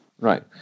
Right